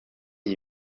iyi